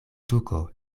tuko